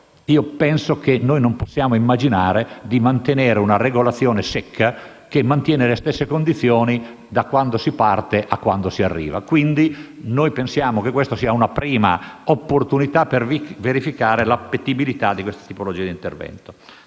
nel lavoro, non possiamo immaginare di mantenere una regolazione secca che mantiene le stesse condizioni da quando si parte a quando si arriva. Noi pensiamo, pertanto, che questa sia una prima opportunità per verificare l'appetibilità di questa tipologia di intervento.